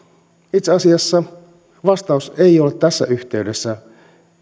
itse asiassa vastaus ei ole tässä yhteydessä